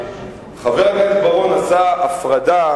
חבר הכנסת בר-און עשה הפרדה,